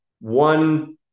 one